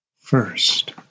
first